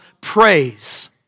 praise